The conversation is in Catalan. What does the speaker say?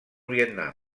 vietnam